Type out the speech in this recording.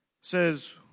says